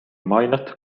mainet